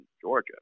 Georgia